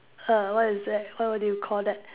a what is that what would you call that